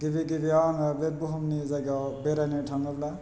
गिबि गिबियाव आङो बे बुहुमनि जायगायाव बेरायनो थाङोब्ला